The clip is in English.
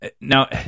Now